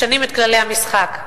משנים את כללי המשחק.